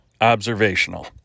observational